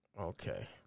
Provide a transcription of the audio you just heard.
Okay